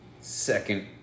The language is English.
second